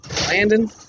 Landon